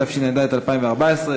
התשע"ד 2014,